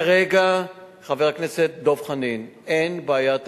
כרגע, חבר הכנסת דב חנין, אין בעיה תקציבית,